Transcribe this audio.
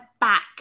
back